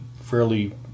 fairly